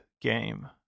game